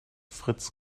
fritz